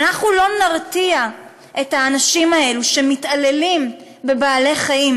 אם אנחנו לא נרתיע את האנשים האלה שמתעללים בבעלי-חיים,